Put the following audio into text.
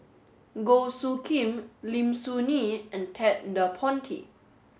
Goh Soo Khim Lim Soo Ngee and Ted De Ponti